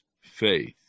faith